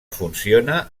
funciona